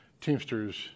Teamsters